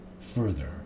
further